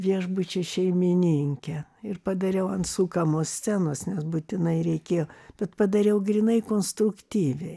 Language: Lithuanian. viešbučio šeimininkę ir padariau ant sukamos scenos nes būtinai reikėjo bet padariau grynai konstruktyviai